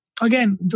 again